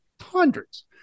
hundreds